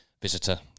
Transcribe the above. Visitor